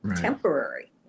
temporary